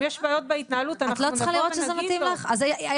אם יש בעיות בהתנהלות אנחנו נבוא ונגיד